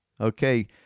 Okay